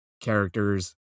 characters